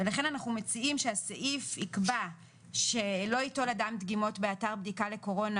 ולכן אנחנו מציעים שהסעיף יקבע שלא ייטול אדם דגימות באתר בדיקה לקורונה